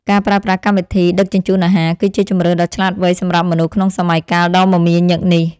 ការប្រើប្រាស់កម្មវិធីដឹកជញ្ជូនអាហារ គឺជាជម្រើសដ៏ឆ្លាតវៃសម្រាប់មនុស្សក្នុងសម័យកាលដ៏មមាញឹកនេះ។